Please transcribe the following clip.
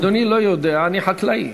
אדוני לא יודע, אני חקלאי.